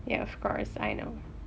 ya of course I know